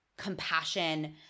compassion